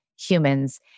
HUMANS